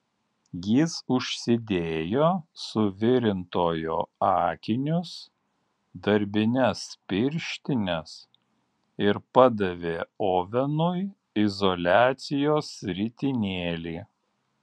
jis užsidėjo suvirintojo akinius darbines pirštines ir padavė ovenui izoliacijos ritinėlį